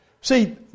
See